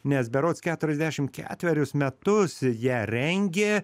nes berods keturiasdešim ketverius metus ją rengė